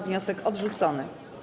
Wniosek odrzucony.